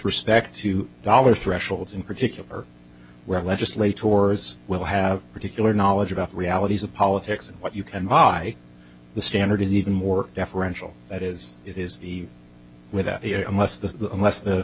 respect to dollar thresholds in particular where legislate tours will have particular knowledge about realities of politics and what you can buy the standard is even more deferential but is it is the without a must the unless